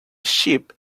sheep